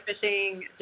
fishing